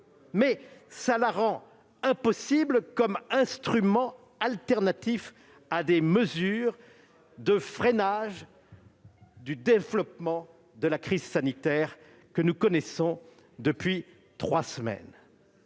mais cela la rend impossible comme instrument alternatif à des mesures de freinage du développement de la crise sanitaire que nous connaissons depuis trois semaines.